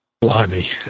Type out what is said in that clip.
Blimey